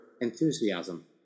enthusiasm